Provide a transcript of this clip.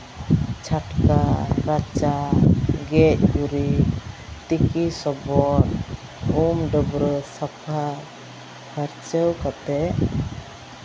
ᱪᱷᱟᱴᱠᱟ ᱨᱟᱪᱟ ᱜᱮᱡ ᱜᱩᱨᱤᱡ ᱛᱤᱠᱤ ᱥᱚᱵᱚᱫ ᱩᱢ ᱰᱟᱹᱵᱽᱨᱟᱹ ᱥᱟᱯᱷᱟ ᱯᱷᱟᱨᱪᱟ ᱠᱟᱛᱮᱫ